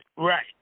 Right